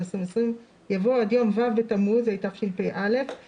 אני מתכבד לפתוח את ישיבת העבודה והרווחה בנושא תקנות המזון,